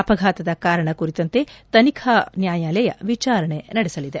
ಅಪಘಾತದ ಕಾರಣ ಕುರಿತಂತೆ ತನಿಖಾ ನ್ಲಾಯಾಲಯ ವಿಚಾರಣೆ ನಡೆಸಲಿದೆ